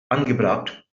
angebracht